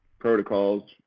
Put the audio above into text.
protocols